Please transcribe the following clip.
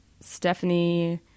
Stephanie